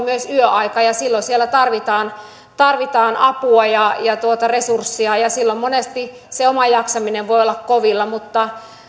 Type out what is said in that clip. myös yöaika ja silloin siellä tarvitaan tarvitaan apua ja ja resurssia ja silloin monesti se oma jaksaminen voi olla kovilla mutta